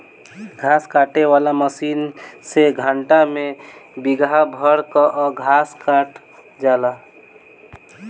घास काटे वाला मशीन से घंटा में बिगहा भर कअ घास कटा जाला